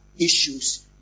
issues